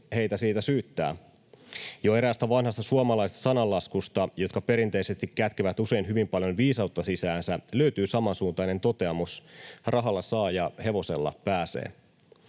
heitä siitä syyttää. Jo eräästä vanhasta suomalaisesta sananlaskusta, jotka perinteisesti kätkevät usein hyvin paljon viisautta sisäänsä, löytyy samansuuntainen toteamus: ”Rahalla saa, ja hevosella pääsee.”